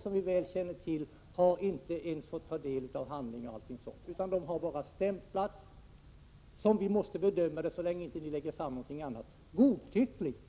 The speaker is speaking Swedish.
Som vi väl känner till har inte ens deras advokater fått ta del av handlingar och annat, utan dessa människor har bara stämplats — som vi måste bedöma det så länge ni inte visar någonting annat — godtyckligt.